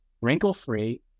wrinkle-free